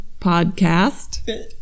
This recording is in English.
Podcast